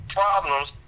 problems